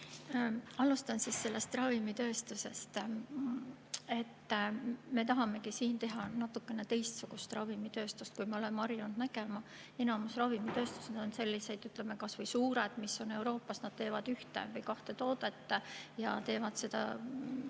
Alustan sellest ravimitööstusest. Me tahame siin teha natukene teistsugust ravimitööstust, kui me oleme harjunud nägema. Enamus ravimitööstuseid on sellised, näiteks suured [tehased], mis on Euroopas, et nad teevad ühte või kahte toodet ja teevad neid